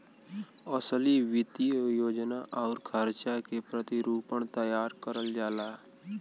असली वित्तीय योजना आउर खर्चा के प्रतिरूपण तैयार करल जाला